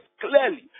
clearly